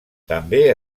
també